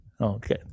Okay